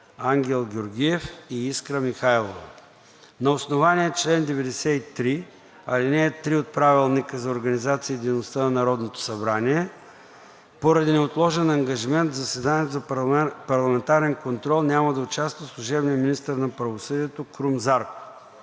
Ангел Георгиев и Искра Михайлова. На основание чл. 93, ал. 3 от Правилника за организацията и дейността на Народното събрание поради неотложен ангажимент в заседанието за парламентарен контрол няма да участва служебният министър на правосъдието Крум Зарков.